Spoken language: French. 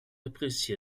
apprécié